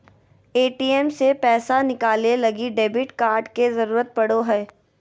ATM से पैसा निकाले लगी डेबिट कार्ड के जरूरत पड़ो हय